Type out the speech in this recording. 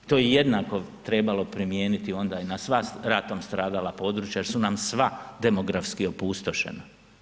To je jednako trebalo primijeniti onda i na sva ratom stradala područja jer su nam sva demografski opustošena.